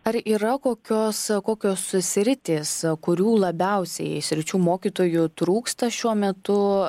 ar yra kokios kokios sritys kurių labiausiai sričių mokytojų trūksta šiuo metu